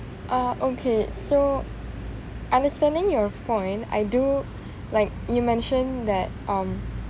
uh okay so understanding your point I do like you mention that um